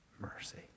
mercy